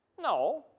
No